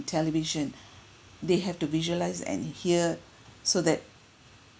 television they have to visualise and hear so that